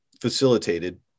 facilitated